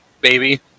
baby